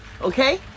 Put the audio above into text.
Okay